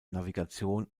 navigation